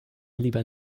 lieber